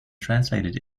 translated